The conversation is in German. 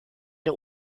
der